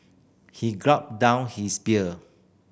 he gulped down his beer